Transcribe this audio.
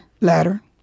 ladder